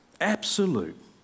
absolute